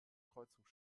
kreuzung